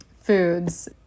foods